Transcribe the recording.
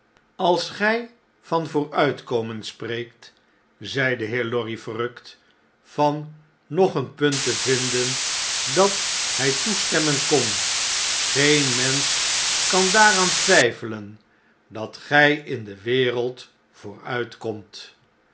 als gij van vooruitkomen spreekt zei de heer lorry verrukt van nog een punt te vinden dat hjj toestemmen kon geen mensch kan daaraan twjjfelen dat gij in de wereld